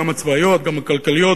גם הצבאיות וגם הכלכליות,